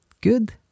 Good